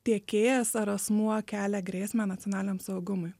tiekėjas ar asmuo kelia grėsmę nacionaliniam saugumui